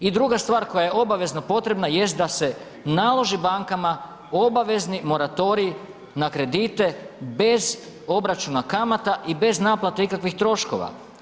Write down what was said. I druga stvar koja je obavezno potrebna jest da se naloži bankama obavezni moratorij na kredite bez obračuna kamata i bez naplate ikakvih troškova.